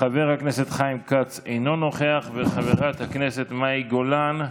חבר הכנסת חיים כץ, אינו נוכח, מאי גולן,